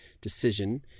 decision